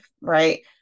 right